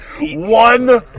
One